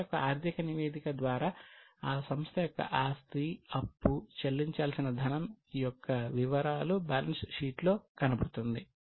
సంస్థ యొక్క ఆర్థిక నివేదిక ద్వారా ఆ సంస్థ యొక్క ఆస్తి అప్పుచెల్లించాల్సిన ధనం యొక్క వివరాలు బ్యాలెన్స్ షీట్ లో కనబడుతుంది